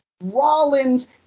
Rollins